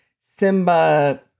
Simba